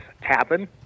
happen